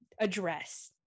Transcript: Address